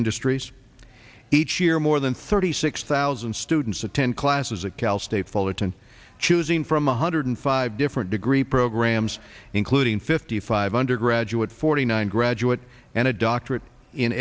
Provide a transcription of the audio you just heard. industries each year more than thirty six thousand students attend classes at cal state fullerton choosing from one hundred five different degree programs including fifty five undergraduate forty nine graduate and a doctorate in